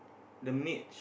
the mitch